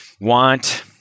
want